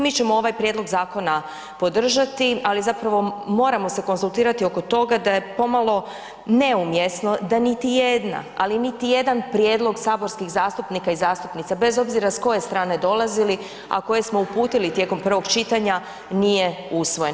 Mi ćemo ovaj prijedlog zakona podržati, ali zapravo moramo se konzultirati oko toga da je pomalo neumjesno da niti jedna, ali niti jedan prijedlog saborskih zastupnika i zastupnica bez obzira s koje strane dolazili, a koje smo uputili tijekom prvog čitanja, nije usvojen.